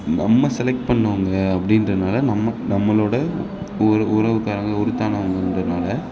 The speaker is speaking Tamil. நம்ம செலக்ட் பண்ணிணவங்க அப்படின்றனால நம்ம நம்மளோடய உற உறவுக்காரங்கள் உரித்தானவங்கன்றதினால